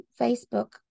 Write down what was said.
Facebook